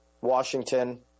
washington